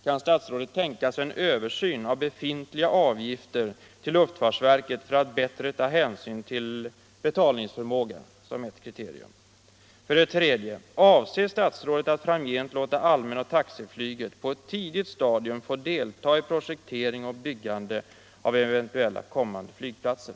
Kan statsrådet tänka sig en översyn av befintliga avgifter till luftfartsverket för att bättre ta hänsyn till betalningsförmågan? 3. Avser statsrådet att framgent låta allmänoch taxiflyget få delta i projektering och byggande av eventuella kommande flygplatser?